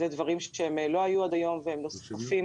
אלה דברים שלא היו עד היום והם נוספים